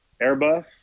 Airbus